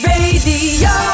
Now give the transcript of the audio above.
Radio